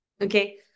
okay